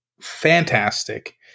fantastic